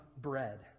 bread